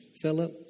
Philip